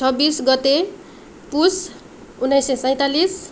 छब्बिस गते पुष उनाइस सय सैँतालिस